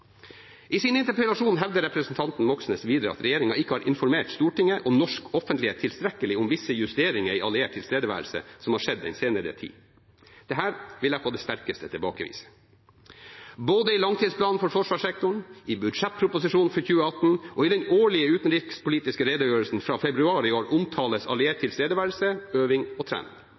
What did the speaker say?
I sin interpellasjon hevder representanten Moxnes videre at regjeringen ikke har informert Stortinget og norsk offentlighet tilstrekkelig om visse justeringer i alliert tilstedeværelse som har skjedd den senere tid. Dette vil jeg på det sterkeste tilbakevise. Både i langtidsplanen for forsvarssektoren, i budsjettproposisjonen for 2018 og i den utenrikspolitiske redegjørelsen fra februar i år omtales alliert tilstedeværelse, øving og